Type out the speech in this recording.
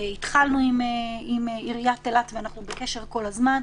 התחלנו עם עיריית אילת, ואנחנו בקשר כל הזמן.